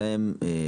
השלבים.